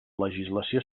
legislació